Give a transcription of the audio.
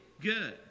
good